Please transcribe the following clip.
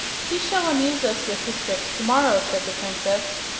he shall amuse us with his tricks tomorrow, said the princess.